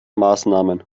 maßnahmen